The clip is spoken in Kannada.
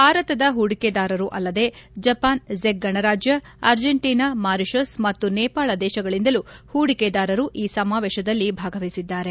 ಭಾರತದ ಹೂಡಿಕೆದಾರರು ಅಲ್ಲದೆ ಜಪಾನ್ ಜೆಕ್ ಗಣರಾದ್ದ ಅರ್ಜೆಂಟೀನಾ ಮಾರಿಷಸ್ ಮತ್ತು ನೇಪಾಳ ದೇಶಗಳಿಂದಲೂ ಹೂಡಿಕೆದಾರರು ಈ ಸಮಾವೇಶದಲ್ಲಿ ಭಾಗವಹಿಸಿದ್ದಾರೆ